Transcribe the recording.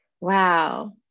wow